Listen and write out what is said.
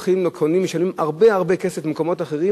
הולכים וקונים ומשלמים הרבה הרבה כסף במקומות אחרים,